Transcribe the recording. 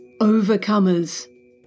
overcomers